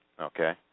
Okay